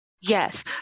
Yes